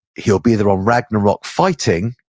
he'll be there on ragnarok fighting,